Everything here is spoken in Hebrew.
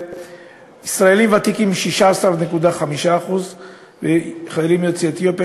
ישראלים ותיקים 16.5% וחיילים יוצאי אתיופיה